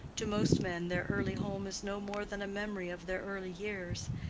to most men their early home is no more than a memory of their early years,